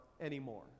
anymore